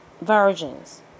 versions